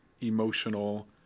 emotional